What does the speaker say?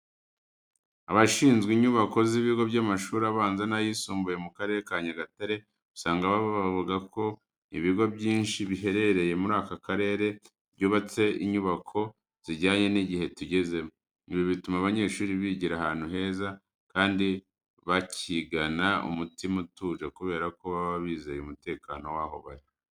Abashinzwe inyubako z'ibigo by'amashuri abanza n'ayisumbuye mu Karere ka Nyagatare usanga bavuga ko ibigo byinshi biherereye muri aka karere byubatse inyubako zijyanye n'igihe tugezemo. Ibi bituma abanyeshuri bigira ahantu heza kandi bakigana umutima utuje kubera ko baba bizeye umutekano w'aho bari.